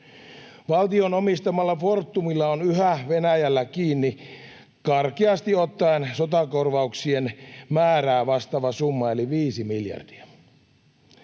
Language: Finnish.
Valtion omistamalla Fortumilla on yhä Venäjällä kiinni karkeasti ottaen sotakorvauksien määrää vastaava summa eli viisi miljardia.